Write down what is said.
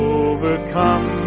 overcome